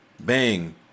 Bang